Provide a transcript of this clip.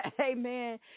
Amen